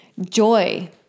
Joy